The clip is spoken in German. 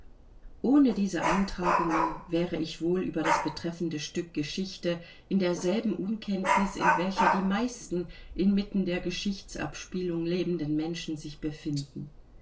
ohne diese eintragungen wäre ich wohl über das betreffende stück geschichte in derselben unkenntnis in welcher die meisten inmitten der geschichtsabspielung lebenden menschen sich befinden